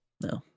No